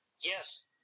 Yes